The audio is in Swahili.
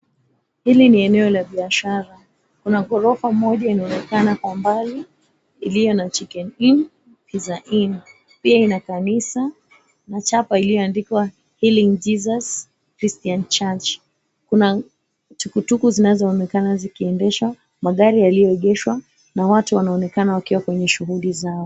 HIli ni eneo la biashara kuna ghorofa moja inaonekana kwa mbali iliyo na Chicken Inn, Pizza Inn, pia ina kanisa na chapa, Healing Jesus Christian Church. Kuna tuktuk zinazonekana zikiendeshwa magari yaliyoegeshwa na watu wanaonekana wakiwa kwenye shughuli zao.